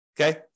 okay